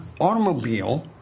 automobile